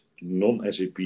non-SAP